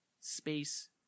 space